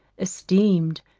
esteemed,